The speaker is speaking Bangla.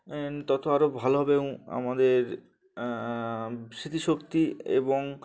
তত আরও ভালোভাবেও আমাদের স্মৃতিশক্তি এবং